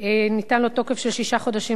ניתן לו תוקף של שישה חודשים נוספים,